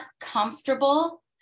comfortable